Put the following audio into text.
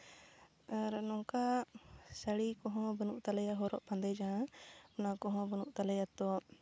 ᱟᱨ ᱱᱚᱝᱠᱟ ᱥᱟᱹᱲᱤ ᱠᱚᱦᱚᱸ ᱵᱟᱹᱱᱩᱜ ᱛᱟᱞᱮᱭᱟ ᱦᱚᱨᱚᱜ ᱵᱟᱸᱫᱮ ᱡᱟᱦᱟᱸ ᱚᱱᱟ ᱠᱚᱦᱚᱸ ᱵᱟᱹᱱᱩᱜ ᱛᱟᱞᱮᱭᱟ ᱛᱚ